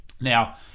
Now